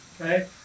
okay